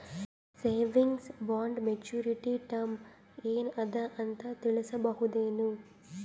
Savings bond maturity term ಏನ ಅದ ಅಂತ ತಿಳಸಬಹುದೇನು?